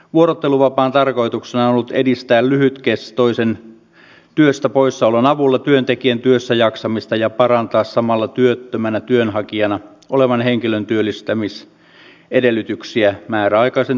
vuorotteluvapaan tarkoituksena on ollut edistää lyhytkestoisen työstä poissaolon avulla työntekijän työssäjaksamista ja parantaa samalla työttömänä työnhakijana olevan henkilön työllistämisedellytyksiä määräaikaisen työkokemuksen kautta